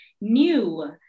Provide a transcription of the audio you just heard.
new